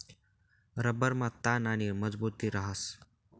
रबरमा ताण आणि मजबुती रहास